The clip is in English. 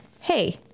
hey